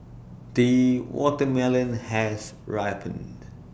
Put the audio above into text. the watermelon has ripened